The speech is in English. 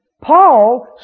Paul